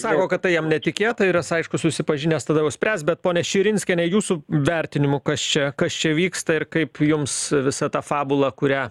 sako kad tai jam netikėta ir jis aišku susipažinęs tada jau spręs bet ponia širinskiene jūsų vertinimu kas čia kas čia vyksta ir kaip jums visa ta fabula kurią